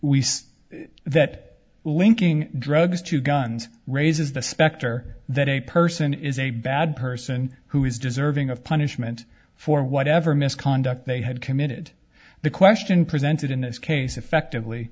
see that linking drugs to guns raises the specter that a person is a bad person who is deserving of punishment for whatever misconduct they had committed the question presented in this case effectively